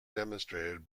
demonstrated